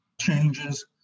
changes